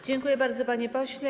Dziękuję bardzo, panie pośle.